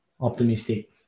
optimistic